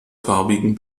farbigen